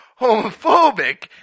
homophobic